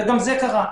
וגם זה קרה.